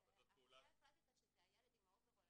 אז אתה תחליט שזה הילד עם האוברול הארוך?